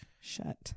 Shut